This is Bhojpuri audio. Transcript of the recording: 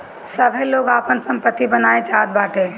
सबै लोग आपन सम्पत्ति बनाए चाहत बाटे